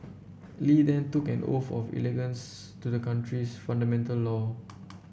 Li then took an oath of allegiance to the country's fundamental law